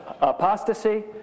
apostasy